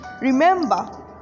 Remember